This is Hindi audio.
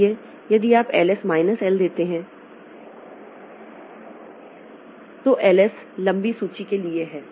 इसलिए यदि आप एलएस माइनस एल देते हैं तो एलएस लंबी सूची के लिए है